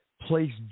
place